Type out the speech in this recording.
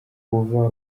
kuva